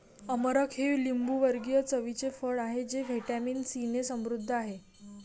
अमरख हे लिंबूवर्गीय चवीचे फळ आहे जे व्हिटॅमिन सीने समृद्ध आहे